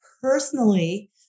Personally